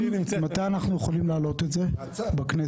מתי אנחנו יכולים להעלות את זה בכנסת?